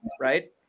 right